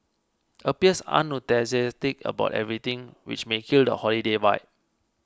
appears unenthusiastic about everything which may kill the holiday vibe